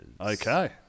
Okay